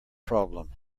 problem